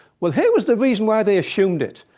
well, here was the reason why they assumed it.